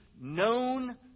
known